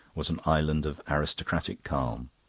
was an island of aristocratic calm.